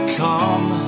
come